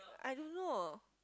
I don't know